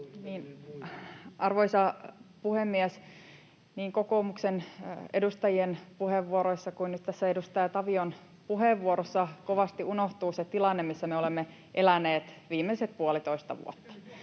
Arvoisa puhemies! Niin kokoomuksen edustajien puheenvuoroissa kuin nyt tässä edustaja Tavion puheenvuorossa kovasti unohtuu se tilanne, missä me olemme eläneet viimeiset puolitoista vuotta.